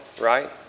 right